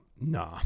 nah